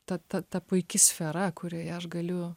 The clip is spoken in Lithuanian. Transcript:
ta ta ta puiki sfera kurioje aš galiu